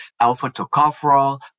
alpha-tocopherol